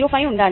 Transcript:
05 ఉండాలి